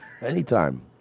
anytime